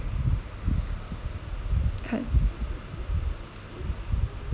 cause